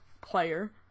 player